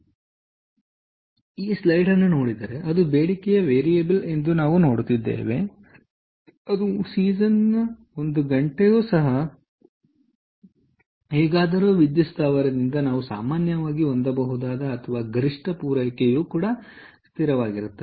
ಆದ್ದರಿಂದ ನೀವು ಈ ಸ್ಲೈಡ್ ಅನ್ನು ನೋಡಿದರೆ ಅದು ಬೇಡಿಕೆಯು ವೇರಿಯಬಲ್ ಎಂದು ನಾವು ನೋಡುತ್ತಿದ್ದೇವೆಆದರೆ ಹೇಗಾದರೂ ವಿದ್ಯುತ್ ಸ್ಥಾವರದಿಂದ ನಾವು ಸಾಮಾನ್ಯವಾಗಿ ಹೊಂದಬಹುದಾದ ಅಥವಾ ಗರಿಷ್ಠ ಪೂರೈಕೆಯು ಸ್ಥಿರವಾಗಿರುತ್ತದೆ